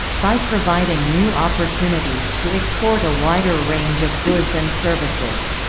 by providing new opportunities to export a wider range of goods and services.